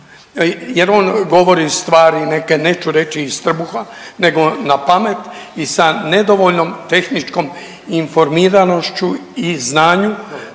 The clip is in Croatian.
jer on govori stvari neke, neću reći iz trbuha nego napamet i sa dovoljnom tehničkom informiranošću i znanjem.